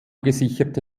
gesicherte